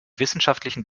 wissenschaftlichen